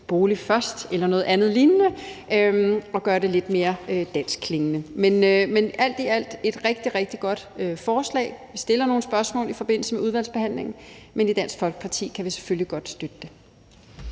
»bolig først« eller noget lignende og gøre det lidt mere danskklingende. Men alt i alt er det et rigtig, rigtig godt forslag. Vi stiller nogle spørgsmål i forbindelse med udvalgsbehandlingen, men i Dansk Folkeparti kan vi selvfølgelig godt støtte det.